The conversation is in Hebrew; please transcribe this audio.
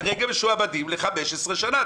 כרגע משועבדים ל-15 שנים.